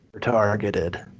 targeted